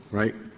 right?